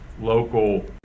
local